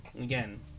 again